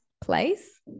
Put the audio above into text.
place